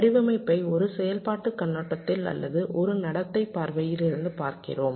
வடிவமைப்பை ஒரு செயல்பாட்டு கண்ணோட்டத்தில் அல்லது ஒரு நடத்தை பார்வையில் இருந்து பார்க்கிறோம்